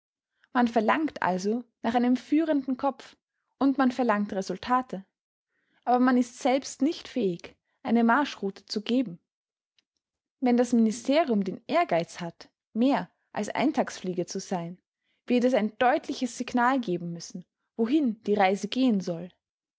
man verlangt also nach einem führenden kopf und man verlangt resultate aber man ist selbst nicht fähig eine marschroute zu geben wenn das ministerium den ehrgeiz hat mehr als eintagsfliege zu sein wird es ein deutliches signal geben müssen wohin die reise gehen soll